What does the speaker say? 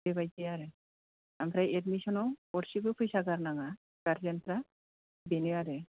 बेबादि आरो आमफ्राय एडमिसनाव गरसेबो फैसा गारनाङा गार्जेनफ्रा बेनो आरो